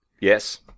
Yes